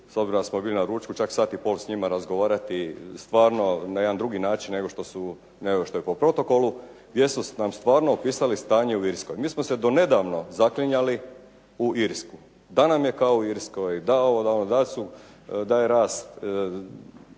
s njima bili na ručku čak sat i pol s njima razgovarati stvarno na jedan drugi način nego što je po protokolu, gdje su nam stvarno opisali stanje u Irskoj. Mi smo se do nedavno zaklinjali u Irsku, da nam je kao u Irskoj, da ovo,